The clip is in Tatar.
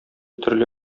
төрле